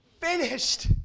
Finished